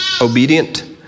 obedient